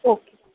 okay